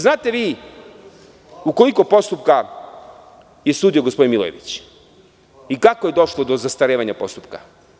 Znate li vi u koliko postupka je sudio gospodin Milojević i kako je došlo do zastarevanja postupka?